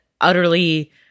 utterly